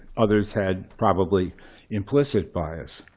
others had probably implicit bias.